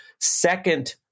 second